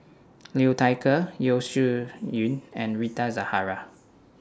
Liu Thai Ker Yeo Shih Yun and Rita Zahara